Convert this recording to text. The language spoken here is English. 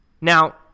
Now